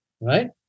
Right